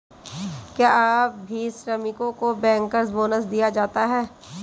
क्या आज भी श्रमिकों को बैंकर्स बोनस दिया जाता है?